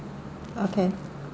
okay